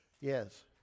Yes